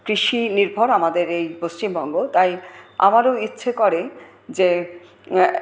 কৃষি নির্ভর আমাদের এই পশ্চিমবঙ্গ তাই আমারও ইচ্ছে করে যে